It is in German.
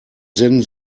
senden